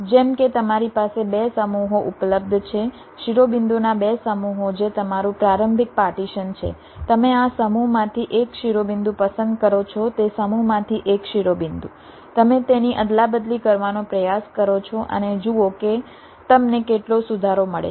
જેમ કે તમારી પાસે 2 સમૂહો ઉપલબ્ધ છે શિરોબિંદુના 2 સમૂહો જે તમારું પ્રારંભિક પાર્ટીશન છે તમે આ સમૂહમાંથી એક શિરોબિંદુ પસંદ કરો છો તે સમૂહમાંથી એક શિરોબિંદુ તમે તેની અદલાબદલી કરવાનો પ્રયાસ કરો છો અને જુઓ કે તમને કેટલો સુધારો મળે છે